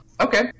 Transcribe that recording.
okay